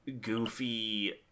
goofy